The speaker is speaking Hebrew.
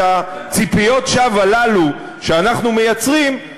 כי ציפיות השווא הללו שאנחנו מייצרים,